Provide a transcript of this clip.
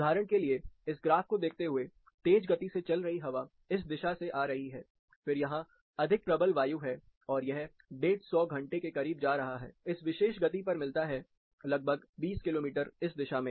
उदाहरण के लिए इस ग्राफ को देखते हुए तेज गति से चल रही हवा इस दिशा से आ रही है फिर यहां अधिक प्रबल वायु है और यह डेढ़ सौ घंटे के करीब जा रहा है इस विशेष गति पर मिलता है लगभग 20 किलोमीटर इस दिशा में